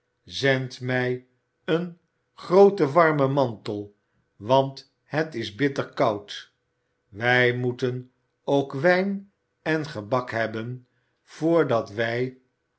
zend mij een grooten warmen mantel want het is bitter koud wij moeten ook wijn en gebak hebben vrdat wij